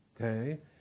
okay